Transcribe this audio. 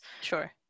sure